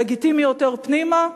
לגיטימי יותר פנימה?